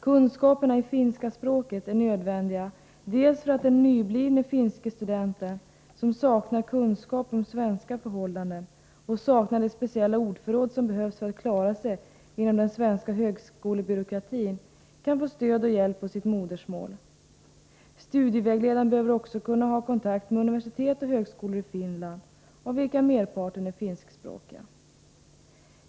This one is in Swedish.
Kunskaperna i finska språket är nödvändiga dels för att den nyblivne finske studenten, som saknar kunskaper om svenska förhållanden och saknar det speciella ordförråd som behövs för att klara sig inom den svenska högskolebyråkratin, kan få stöd och hjälp på sitt modersmål. Studievägledaren behöver också ha kontakt med universitet och högskolor i Finland, av vilka merparten är finskspråkiga.